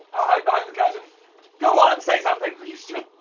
i'll hide behind the curtain go on, say something! you stupid